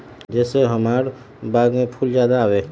जे से हमार बाग में फुल ज्यादा आवे?